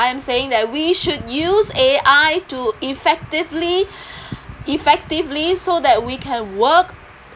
I am saying that we should use A_I to effectively effectively so that we can work